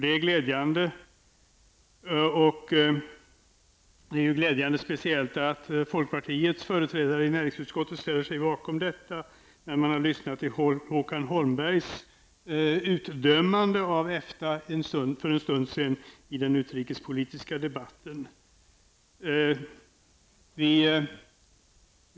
Det är speciellt glädjande att folkpartiets företrädare i näringsutskottet ställer sig bakom detta i synnerhet som Håkan Holmberg utdömt EFTA för en stund sedan i den utrikespolitiska debatten.